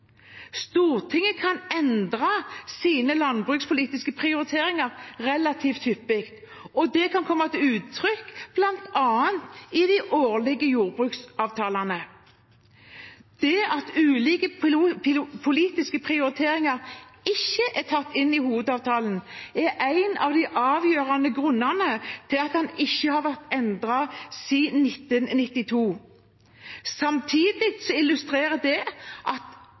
Stortinget kan endre sine landbrukspolitiske prioriteringer relativt hyppig, og det kan komme til uttrykk bl.a. i de årlige jordbruksavtalene. Det at ulike politiske prioriteringer ikke er tatt inn i hovedavtalen, er en av de avgjørende grunnene til at den ikke har vært endret siden 1992. Samtidig illustrerer det at